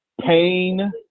pain